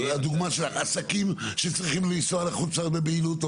עסקים שצריכים לנסוע לחו"ל בבהילות.